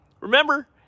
Remember